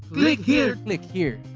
click here! click here!